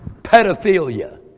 pedophilia